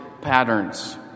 patterns